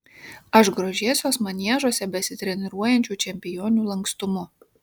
aš grožėsiuos maniežuose besitreniruojančių čempionių lankstumu